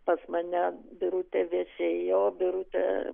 pas mane birutė viešėjo birutė